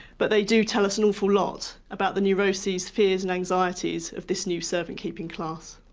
but they do tell us an awful lot about the neuroses, fears and anxieties of this new servant-keeping class.